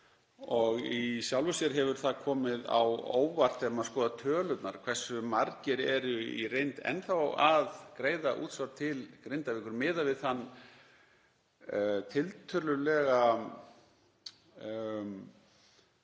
Í sjálfu sér hefur það komið á óvart þegar maður skoðar tölurnar hversu margir eru í reynd enn þá að greiða útsvar til Grindavíkur miðað við þann tiltölulega fámenna